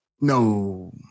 no